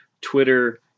Twitter